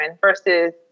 versus